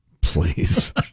please